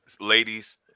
Ladies